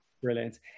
Brilliant